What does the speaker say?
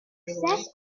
this